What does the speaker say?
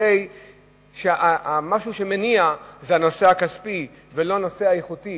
מה שמניע זה הנושא הכספי ולא הנושא האיכותי